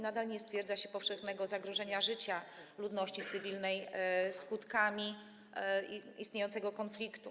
Nadal nie stwierdza się powszechnego zagrożenia życia ludności cywilnej w związku ze skutkami istniejącego konfliktu.